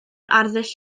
arddull